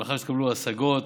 ואחר שהתקבלו השגות,